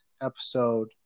episode